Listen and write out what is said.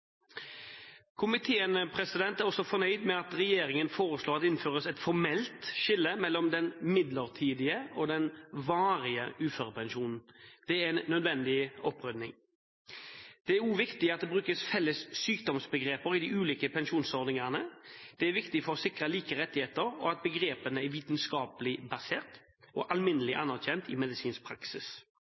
Komiteen er også fornøyd med at regjeringen foreslår at det innføres et formelt skille mellom den midlertidige og den varige uførepensjonen. Det er en nødvendig opprydning. Det er også viktig at det brukes felles sykdomsbegreper i de ulike pensjonsordningene. Det er viktig for å sikre like rettigheter og for å sikre at begrepene er vitenskapelig basert og alminnelig anerkjent i medisinsk praksis.